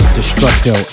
Destructo